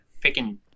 picking